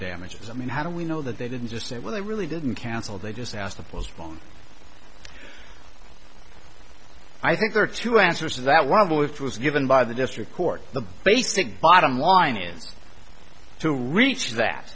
damages i mean how do we know that they didn't just say well they really didn't cancel they just asked to postpone i think there are two answers to that one of the it was given by the district court the basic bottom line is to reach that